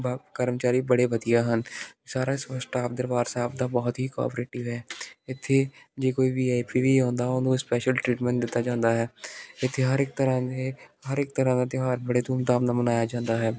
ਬ ਕਰਮਚਾਰੀ ਬੜੇ ਵਧੀਆ ਹਨ ਸਾਰਾ ਸਪ ਸਟਾਫ ਦਰਬਾਰ ਸਾਹਿਬ ਦਾ ਬਹੁਤ ਹੀ ਕੋਆਪਰੇਟਿਵ ਹੈ ਇੱਥੇ ਜੇ ਕੋਈ ਵੀ ਆਈ ਪੀ ਵੀ ਆਉਂਦਾ ਉਹਨੂੰ ਸਪੈਸ਼ਲ ਟ੍ਰੀਟਮੈਂਟ ਦਿੱਤਾ ਜਾਂਦਾ ਹੈ ਇੱਥੇ ਹਰ ਇੱਕ ਤਰ੍ਹਾਂ ਦੇ ਹਰ ਇੱਕ ਤਰ੍ਹਾਂ ਦਾ ਤਿਉਹਾਰ ਬੜੇ ਧੂਮਧਾਮ ਦਾ ਮਨਾਇਆ ਜਾਂਦਾ ਹੈ